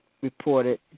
reported